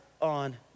on